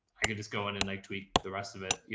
i could just go in and like tweak the rest of it, you